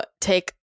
take